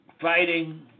fighting